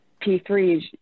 P3's